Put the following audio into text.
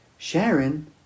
Sharon